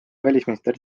välisminister